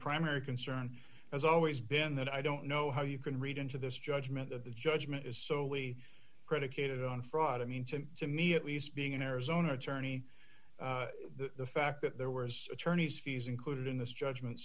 primary concern has always been that i don't know how you can read into this judgment the judgment is solely predicated on fraud i mean to me at least being an arizona attorney the fact that there were as attorney's fees included in this judgment